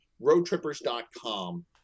roadtrippers.com